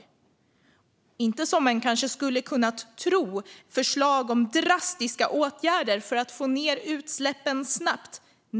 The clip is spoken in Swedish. Det är inte, som man kanske skulle kunna tro, förslag om drastiska åtgärder för att få ned utsläppen snabbt.